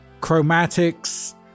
Chromatics